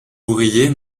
ouvrier